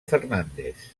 fernández